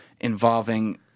involving